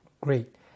Great